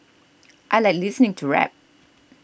I like listening to rap